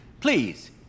Please